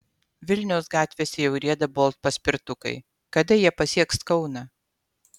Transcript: vilniaus gatvėse jau rieda bolt paspirtukai kada jie pasieks kauną